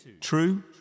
True